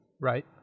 right